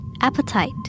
Appetite